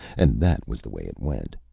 and that was the way it went.